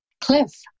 Cliff